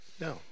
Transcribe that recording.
No